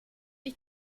ich